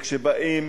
כשבאים